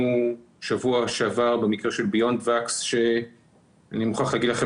בשבוע שעבר במקרה של ביונדווקס שאני מוכרח לומר לכם